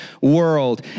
World